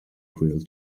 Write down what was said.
grill